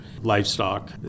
livestock